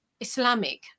islamic